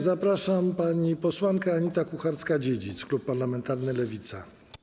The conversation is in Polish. Zapraszam, pani posłanka Anita Kucharska-Dziedzic, klub parlamentarny Lewica.